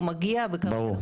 הוא מגיע ו- ברור,